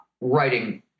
writing